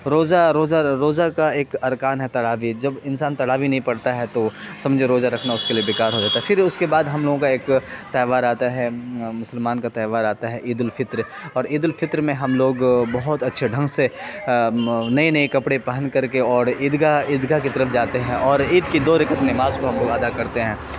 روزہ روزہ روزہ کا ایک ارکان ہے تراویح جب انسان تراویح نہیں پڑھتا ہے تو سمجھو روزہ رکھنا اس کے لیے بے کار ہو جاتا ہے پھر اس کے بعد ہم لوگوں کا ایک تہوار آتا ہے مسلمان کا تہوار آتا ہے عیدالفطر اور عیدالفطر میں ہم لوگ بہت اچھے ڈھنگ سے نئے نئے کپڑے پہن کر کے اور عیدگاہ عیدگاہ کی طرف جاتے ہیں اور عید کی دو رکعت نماز کو ہم لوگ ادا کرتے ہیں